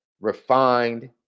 refined